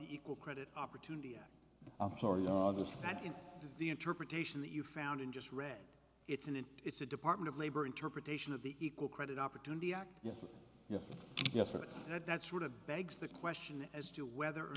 equal credit opportunity that is the interpretation that you found in just read it's an it's a department of labor interpretation of the equal credit opportunity act yes yes yes but that's what it begs the question as to whether or